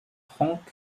franck